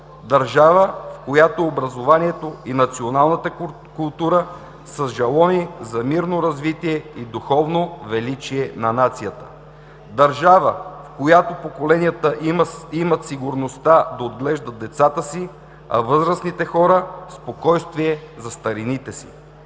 Държава, в която образованието и националната култура са жалони за мирно развитие и духовно величие на нацията – държава, в която поколенията имат сигурността да отглеждат децата си, а възрастните хора – спокойствие за старините си.